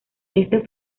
este